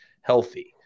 healthy